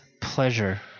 pleasure